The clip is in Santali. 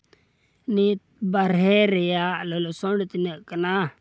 ᱱᱤᱛ ᱵᱟᱨᱦᱮ ᱨᱮᱭᱟᱜ ᱞᱚᱞᱚ ᱥᱚᱝ ᱛᱤᱱᱟᱹᱜ ᱠᱟᱱᱟ